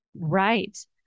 Right